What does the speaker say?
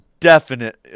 definite